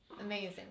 amazing